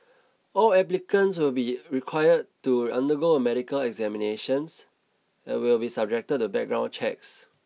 all applicants will be required to undergo a medical examinations and will be subject to background checks